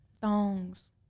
Thongs